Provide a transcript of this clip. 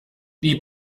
die